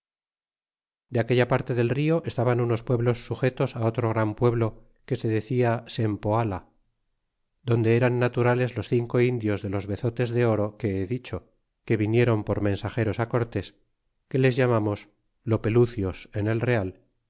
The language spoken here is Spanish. de aquella parte del rio estaban unos pueblos sujetos á otro gran pueblo que se decia sempoala donde eran naturales los cinco indios de los bezotes de oro que he dicho que vinieron por mensageros á cortes que les llamamos lopekdos en el real